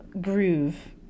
groove